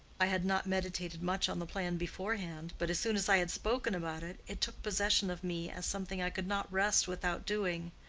i had not meditated much on the plan beforehand, but as soon as i had spoken about it, it took possession of me as something i could not rest without doing.